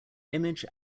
image